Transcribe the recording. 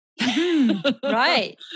Right